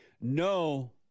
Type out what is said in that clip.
No